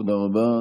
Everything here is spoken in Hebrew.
תודה רבה.